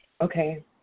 Okay